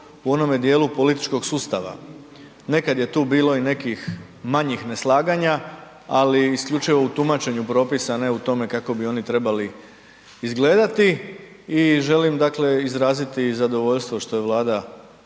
u onome dijelu političkog sustava. Nekad je tu bilo i nekih manjih neslaganja ali isključivo u tumačenju propisa a ne u tome kako bi oni trebali izgledati. I želim dakle izraziti zadovoljstvo što je Vlada